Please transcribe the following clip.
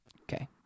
okay